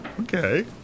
Okay